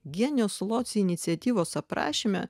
genius loci iniciatyvos aprašyme